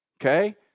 Okay